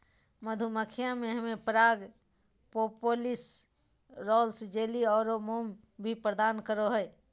मधुमक्खियां हमें पराग, प्रोपोलिस, रॉयल जेली आरो मोम भी प्रदान करो हइ